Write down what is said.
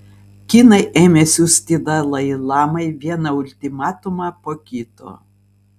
kinai ėmė siųsti dalai lamai vieną ultimatumą po kito